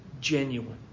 genuine